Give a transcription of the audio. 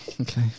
okay